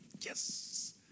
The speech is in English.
yes